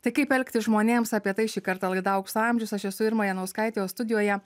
tai kaip elgtis žmonėms apie tai šį kartą laida aukso amžius aš esu irma janauskaitė o studijoje